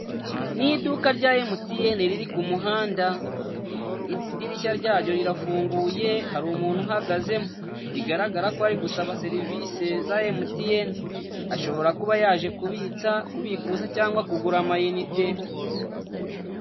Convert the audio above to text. Ni iduka rya Emutiyene riri ku muhanda. Idirishya ryaryo rirafunguye hari umuntu uhagazemo. Bigaragara ko ari gusaba serivisi za Emutiyene. Ashobora kuba yaje kubitsa, kubikuza cyangwa kugura ama inite.